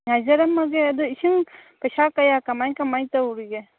ꯉꯥꯏꯖꯔꯝꯃꯒꯦ ꯑꯗꯣ ꯏꯁꯤꯡ ꯄꯩꯁꯥ ꯀꯌꯥ ꯀꯃꯥꯏ ꯀꯃꯥꯏꯅ ꯇꯧꯔꯤꯒꯦ